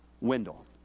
Wendell